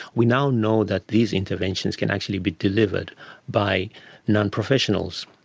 we now know that these interventions can actually be delivered by nonprofessionals.